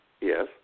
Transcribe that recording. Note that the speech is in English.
Yes